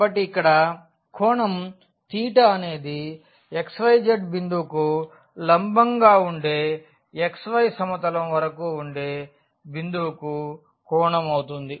కాబట్టి ఇక్కడ కోణం అనేది xyz బిందువు కు లంబంగా వుండే xy సమతలం వరకూ వుండే బిందువుకు కోణం అవుతుంది